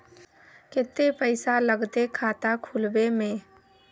केते पैसा लगते खाता खुलबे में?